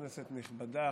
כנסת נכבדה,